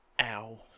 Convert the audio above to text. Ow